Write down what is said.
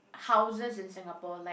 houses in Singapore like